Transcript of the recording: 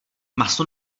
maso